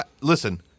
listen